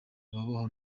babaho